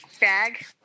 bag